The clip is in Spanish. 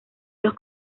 los